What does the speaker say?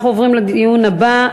אנחנו עוברים לדיון הבא,